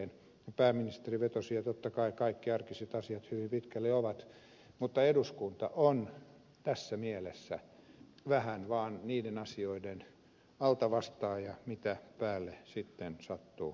pääministeri vetosi että totta kai kaikki arkiset asiat hyvin pitkälle ovat hallituksen käsissä mutta eduskunta on tässä mielessä vähän vaan altavastaaja niiden asioiden suhteen mitä päälle sitten sattuu tulemaan